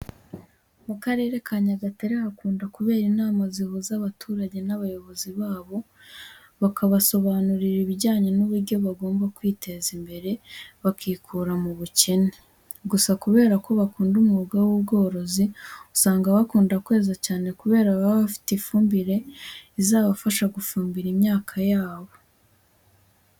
Mu Karere ka Nyagatare hakunda kubera inama zihuza abaturage n'abayobozi babo bakabasobanurira ibijyanye n'uburyo bagomba kwiteza imbere bakikura mu bukene. Gusa kubera ko bakunda umwuga w'ubworozi usanga bakunda kweza cyane kubera baba bafite ifumbire izabafasha gufumbira imyaka yabo.